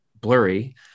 blurry